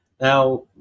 Now